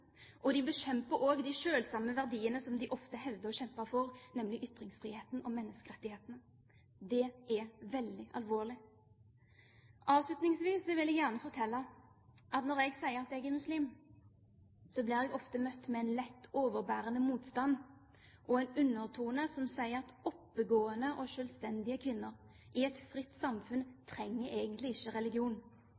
og de bekjemper også de selvsamme verdiene som de ofte hevder å kjempe for, nemlig ytringsfriheten og menneskerettighetene. Det er veldig alvorlig. Avslutningsvis vil jeg gjerne fortelle at når jeg sier at jeg er muslim, blir jeg ofte møtt med en lett overbærende motstand og en undertone som sier at oppegående og selvstendige kvinner i et fritt samfunn